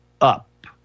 up